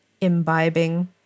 imbibing